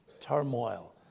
turmoil